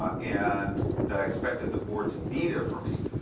um and that i expected the board to be there for me.